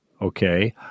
Okay